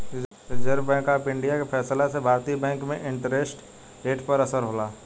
reserve bank of India के फैसला से भारतीय बैंक में इंटरेस्ट रेट पर असर होला